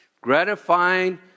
gratifying